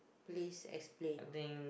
please explain